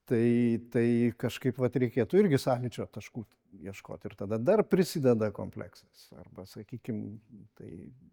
tai tai kažkaip vat reikėtų irgi sąlyčio taškų ieškot ir tada dar prisideda kompleksas arba sakykim tai